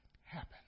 happen